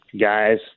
guys